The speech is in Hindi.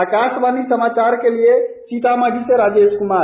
आकाशवाणी समाचार के लिए सीतामढ़ी से राजेश कुमार